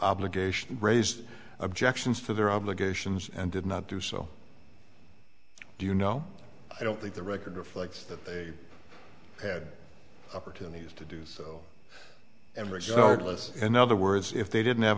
raise raised objections to their obligations and did not do so do you know i don't think the record reflects that they had opportunities to do so and regardless in other words if they didn't have